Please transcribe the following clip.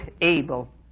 able